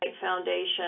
foundation